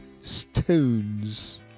stones